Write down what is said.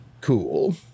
cool